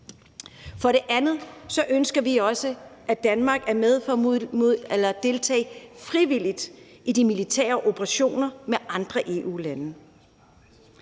træne. Desuden ønsker vi også, at Danmark er med for at deltage frivilligt i de militære operationer med andre EU-lande.